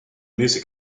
music